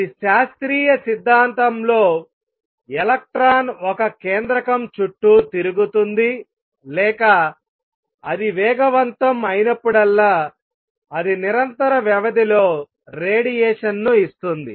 అది శాస్త్రీయ సిద్ధాంతంలో ఎలక్ట్రాన్ ఒక కేంద్రకం చుట్టూ తిరుగుతుంది లేక అది వేగవంతం అయినప్పుడల్లా అది నిరంతర వ్యవధి లో రేడియేషన్ను ఇస్తుంది